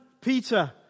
Peter